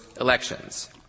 elections